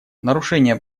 нарушения